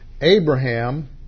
Abraham